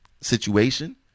situation